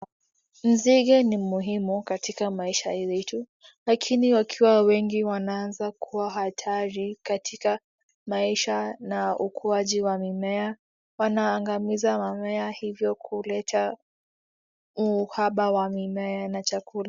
Nzige ni muhimu katika maisha yetu lakini wakiwa wengi wanaaza kuwa hatari katika maisha na ukuaji wa mimea, wanaangamiza mimea hivyo kuleta uhaba wa mimea na chakula.